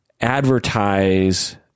advertise